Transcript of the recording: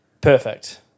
perfect